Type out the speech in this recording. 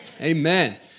Amen